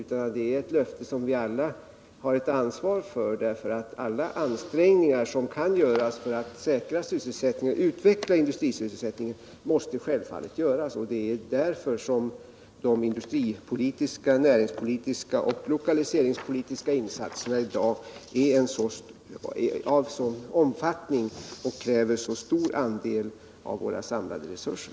Det är ju ett löfte som vi alla har ett ansvar för, eftersom alla ansträngningar som kan göras för att utveckla industrisysselsättningen självfallet måste göras. Det är därför de industripolitiska, näringspolitiska och lokaliseringspolitiska insatserna i dag har sådan omfattning och kräver så stor andel av våra samlade resurser.